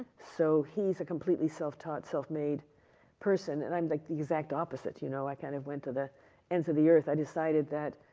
so, he's a completely self taught self made person. and i'm like the exact opposite, you know? i kind of went to the ends of the earth. i decided that,